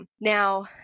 now